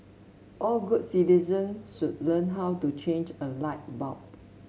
all good citizens should learn how to change a light bulb